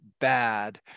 bad